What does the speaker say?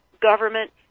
government